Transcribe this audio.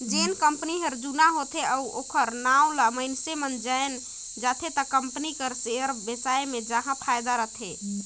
जेन कंपनी हर जुना होथे अउ ओखर नांव ल मइनसे मन जाएन जाथे त कंपनी कर सेयर बेसाए मे जाहा फायदा रथे